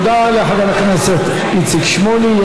תודה לחבר הכנסת איציק שמולי.